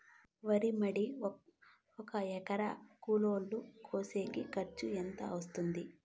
వరి మడి ఒక ఎకరా కూలీలు కోసేకి ఖర్చు ఎంత వస్తుంది?